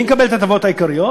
מי מקבל את ההטבות העיקריות?